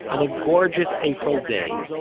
on a gorgeous april day,